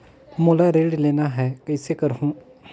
मोला ऋण लेना ह, कइसे करहुँ?